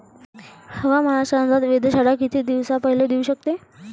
हवामानाचा अंदाज वेधशाळा किती दिवसा पयले देऊ शकते?